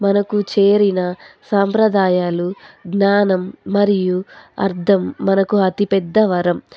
మనకు చేరిన సాంప్రదాయాలు జ్ఞానం మరియు అర్థం మనకు అతిపెద్ద వరం